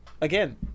again